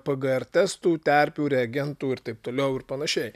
pgr testų terpių reagentų ir taip toliau ir panašiai